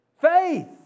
Faith